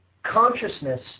Consciousness